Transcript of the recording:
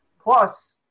Plus